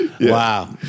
Wow